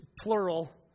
plural